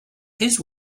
his